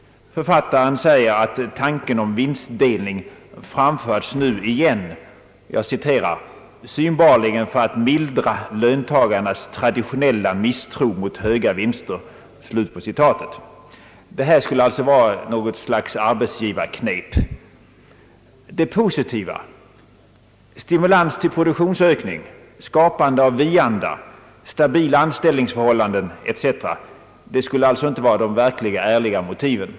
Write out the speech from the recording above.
Författaren säger att tanken om vinstdelning framförts nu igen »synbarligen för att mildra löntagarnas traditionella misstro mot höga vinster». Detta skulle alltså vara något slags arbetsgivarknep. Det positiva — stimulans till produktionsökning, skapande av »vi-anda», stabila anställningsförhållanden etc. — skulle alltså inte vara de verkliga, ärliga motiven.